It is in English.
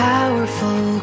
Powerful